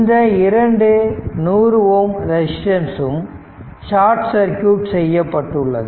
இந்த இரண்டு 100 ohm resistance சும் ஷார்ட் சர்க்யூட் செய்யப்பட்டுள்ளது